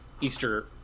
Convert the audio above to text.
Easter